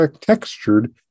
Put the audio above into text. textured